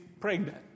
pregnant